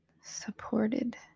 supported